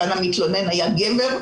כאן המתלונן היה גבר,